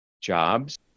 jobs